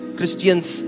Christians